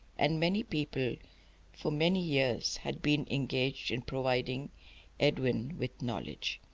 and many people for many years had been engaged in providing edwin with knowledge.